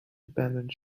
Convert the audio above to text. abandoned